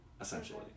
essentially